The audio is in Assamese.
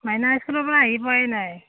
মাইনা স্কুলৰ পৰা আহি পোৱাই নাই